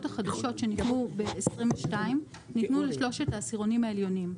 החדשות שניתנו ב-2022 ניתנו לשלושת העשירונים העליונים,